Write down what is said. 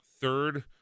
third